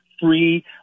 free